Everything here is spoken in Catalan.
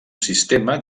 sistema